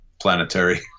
planetary